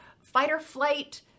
fight-or-flight